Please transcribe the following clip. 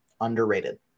underrated